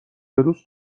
روز